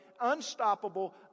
unstoppable